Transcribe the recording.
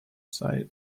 sight